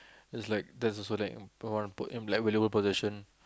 it's like there's also like put like in a livable position